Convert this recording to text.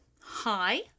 hi